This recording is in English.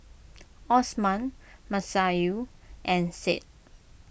Osman Masayu and Said